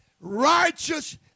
righteous